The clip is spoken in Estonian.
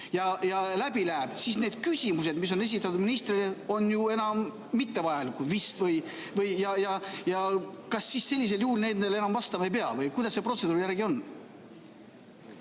läbi läheb, siis need küsimused, mis on esitatud ministrile, on ju mittevajalikud vist. Kas siis sellisel juhul nendele enam vastama ei pea või kuidas see protseduur on?